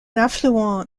affluent